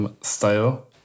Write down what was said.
style